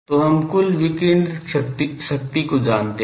तो हम कुल विकिरणित शक्ति को जानते है